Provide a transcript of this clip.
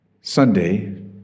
Sunday